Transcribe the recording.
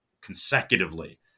consecutively